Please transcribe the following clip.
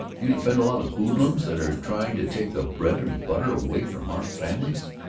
do you defend a lot of hoodlums that are trying to take the bread and butter away from our families?